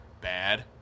bad